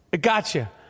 Gotcha